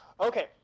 Okay